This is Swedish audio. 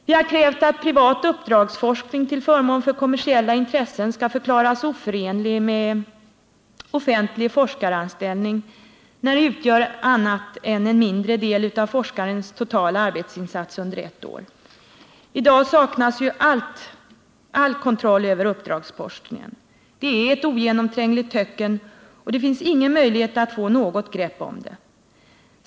Vi har krävt att privat uppdragsforskning till förmån för kommersiella intressen skall förklaras oförenlig med offentlig forskaranställning, när den utgör annat än en mindre del av forskarens totala arbetsinsats under ett år. I dag saknas i stort sett all kontroll över uppdragsforskningen. Det är ett ogenomträngligt töcken, och det finns ingen möjlighet att få något grepp om det hela.